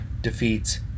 defeats